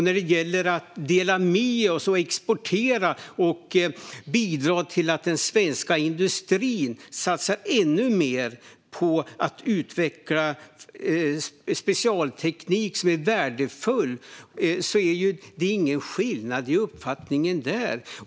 När det gäller att dela med oss, exportera och bidra till att den svenska industrin satsar ännu mer på att utveckla värdefull specialteknik är det ingen skillnad i uppfattning.